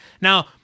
Now